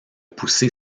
pousser